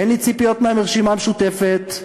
אין לי ציפיות מהרשימה המשותפת.